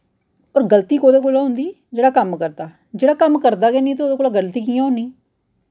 होर गल्ती कोह्दे कोला होंदी जेह्ड़ा कम्म करदा जेह्ड़ा कम्म करदा गै निं ते ओह्दे कोला गल्ती कि'यां होनी